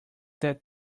that